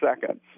seconds